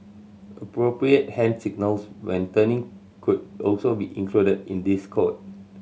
appropriate hand signals when turning could also be included in this code